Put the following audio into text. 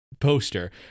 poster